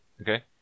Okay